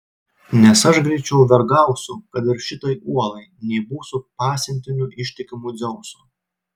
nes aš greičiau vergausiu kad ir šitai uolai nei būsiu pasiuntiniu ištikimu dzeuso